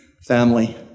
family